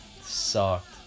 sucked